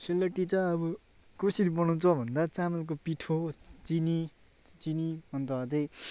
सेलरोटी चाहिँ अब कसरी बनाउँछ भन्दा चामलको पिठो चिनी चिनी अन्त त्यही